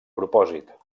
propòsit